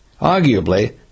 Arguably